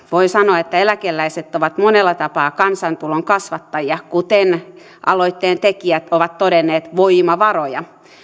voi sanoa että eläkeläiset ovat monella tapaa kansantulon kasvattajia kuten aloitteen tekijät ovat todenneet voimavaroja